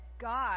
God